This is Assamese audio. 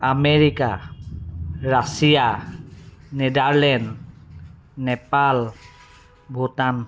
America Russia Netherland Nepal Bhutan